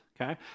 Okay